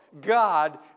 God